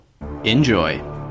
Enjoy